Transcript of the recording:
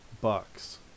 Bucks